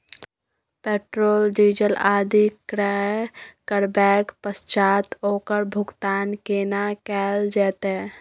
Petrol, diesel आदि क्रय करबैक पश्चात ओकर भुगतान केना कैल जेतै?